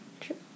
true